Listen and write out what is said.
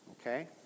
Okay